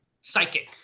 psychic